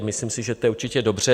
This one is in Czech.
Myslím si, že to je určitě dobře.